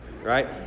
right